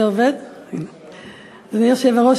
אדוני היושב-ראש,